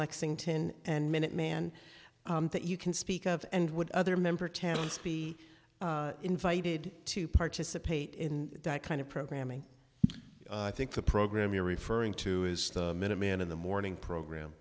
lexington and minuteman that you can speak of and would other member towns be invited to participate in that kind of programming i think the program you're referring to is the minuteman in the morning program